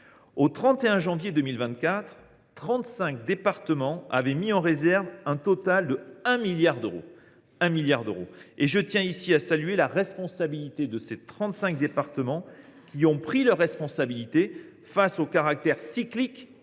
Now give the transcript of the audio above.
Au 31 janvier 2024, 35 départements avaient mis en réserve un total de 1 milliard d’euros. Je tiens ici à saluer ces 35 départements, qui ont pris leurs responsabilités face au caractère cyclique